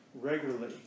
regularly